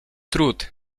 trud